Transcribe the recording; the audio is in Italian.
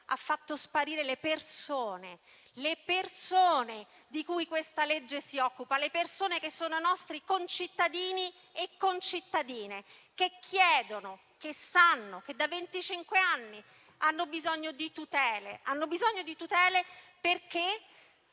ha fatto sparire le persone: le persone di cui questa legge si occupa; le persone che sono nostri concittadini e concittadine che chiedono, che sanno, che da venticinque anni hanno bisogno di tutele. Ed hanno bisogno di tutele perché